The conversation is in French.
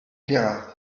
guérard